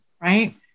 right